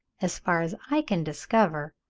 as far as i can discover,